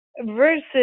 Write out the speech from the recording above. versus